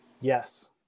Yes